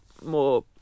more